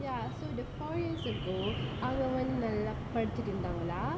ya so the four years ago அங்க வந்து நல்லா படுத்துட்டு இருந்தாங்களா:anga vanthu nallaa paduthuttu irunthaangalaa